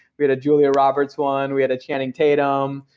we had a julia roberts one, we had a channing tatum,